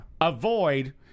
avoid